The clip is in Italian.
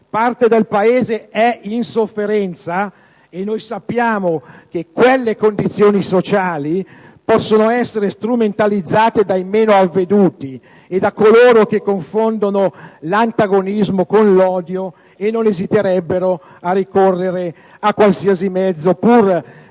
parte del Paese è in sofferenza, sappiamo che quelle condizioni sociali possono essere strumentalizzate dai meno avveduti, da coloro che confondono l'antagonismo con l'odio e che non esiterebbero a ricorrere a qualsiasi mezzo pur